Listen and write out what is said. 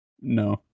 No